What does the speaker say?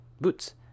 Boots